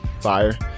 Fire